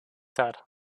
that